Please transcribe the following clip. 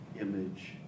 image